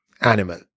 animal